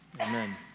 Amen